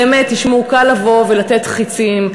באמת, תשמעו, קל לבוא ולתת חצים.